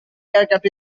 aircraft